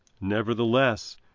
Nevertheless